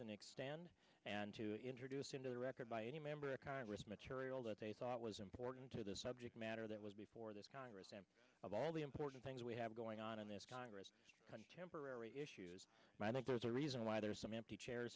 and extend and to introduce into the record by any member of congress material that they thought was important to the subject matter that was before this congress of all the important things we have going on in this congress contemporary issues and i think there's a reason why there are some empty chairs